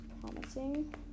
promising